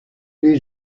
les